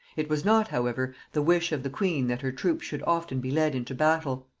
it was not however the wish of the queen that her troops should often be led into battle.